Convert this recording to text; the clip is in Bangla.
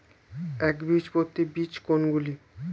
একবীজপত্রী বীজ কোন গুলি?